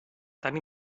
tan